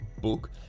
book